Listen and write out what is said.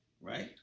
Right